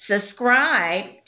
subscribe